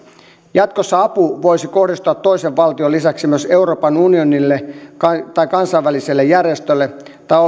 jatkossa apu voisi kohdistua toisen valtion lisäksi myös euroopan unionille tai tai kansainväliselle järjestölle tai